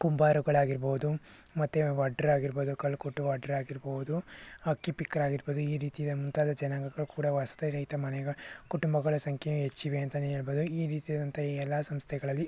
ಕುಂಬಾರರುಗಳಾಗಿರ್ಬೋದು ಮತ್ತೆ ವಡ್ಡರಾಗಿರ್ಬೋದು ಕಲ್ಲುಕುಟ್ಟು ವಡ್ಡರಾಗಿರ್ಬೋದು ಹಕ್ಕಿಪಿಕ್ಕರಾಗಿರ್ಬೋದು ಈ ರೀತಿಯ ಮುಂತಾದ ಜನಾಂಗಗಳು ಕೂಡ ವಸತಿ ರಹಿತ ಮನೆಗಳ ಕುಟುಂಬಗಳ ಸಂಖ್ಯೆ ಹೆಚ್ಚಿವೆ ಅಂತಲೇ ಹೇಳ್ಬೋದು ಈ ರೀತಿಯಾದಂಥ ಈ ಎಲ್ಲ ಸಂಸ್ಥೆಗಳಲ್ಲಿ